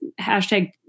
hashtag